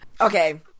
Okay